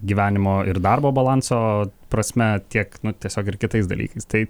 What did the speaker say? gyvenimo ir darbo balanso prasme tiek nu tiesiog ir kitais dalykais tai